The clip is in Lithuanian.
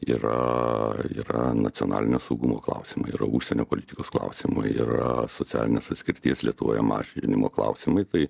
yra yra nacionalinio saugumo klausimai yra užsienio politikos klausimai yra socialinės atskirties lietuvoje mažinimo klausimai tai